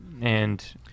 and-